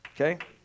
Okay